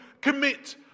commit